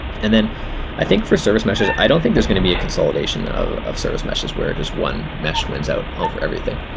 and then i think for service meshes, i don't think there's going to be a consolidation of of service meshes where it is one mesh wins out over everything.